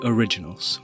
Originals